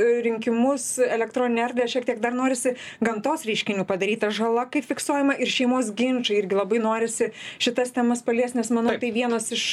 rinkimus elektroninę erdvę šiek tiek dar norisi gamtos reiškinių padaryta žala kaip fiksuojama ir šeimos ginčai irgi labai norisi šitas temas paliest nes manau tai vienos iš